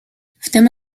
wtem